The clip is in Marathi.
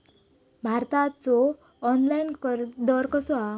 भाताचो ऑनलाइन दर कसो मिळात?